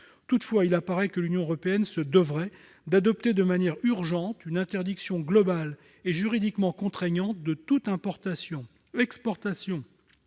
Toutefois, il apparaît que l'Union européenne devrait adopter de manière urgente une interdiction globale et juridiquement contraignante de toute importation, exportation